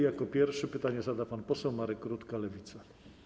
Jako pierwszy pytanie zada pan poseł Marek Rutka, Lewica.